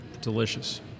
delicious